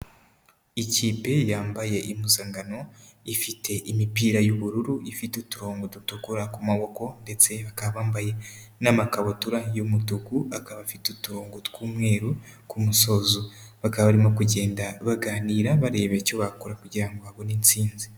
Ikipe yambaye impuzankano ifite imipira y'ubururu, ifite uturongo dutukura ku maboko ndetse bakaba bambaye n'amakabutura y'umutuku, akaba afite uturongo tw'umweru ku musozo. Bakaba barimo kugenda baganira bareba icyo bakora kugira ngo babone intsinzi.